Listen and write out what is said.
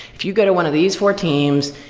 if you go to one of these four teams,